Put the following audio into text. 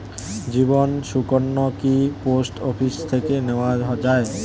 জীবন সুকন্যা কি post office থেকে নেওয়া যায়?